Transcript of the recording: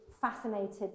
fascinated